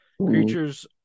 Creatures